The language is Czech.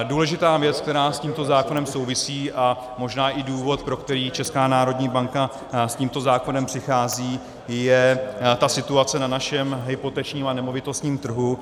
Důležitá věc, která s tímto zákonem souvisí, a možná i důvod, pro který Česká národní banka s tímto zákonem přichází, je situace na našem hypotečním a nemovitostním trhu.